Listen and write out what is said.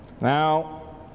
Now